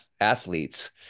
athletes